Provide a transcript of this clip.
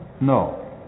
No